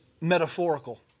metaphorical